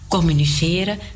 communiceren